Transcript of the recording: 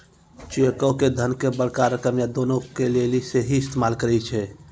चेको के धन के बड़का रकम या दानो के लेली सेहो इस्तेमाल करै छै